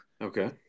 Okay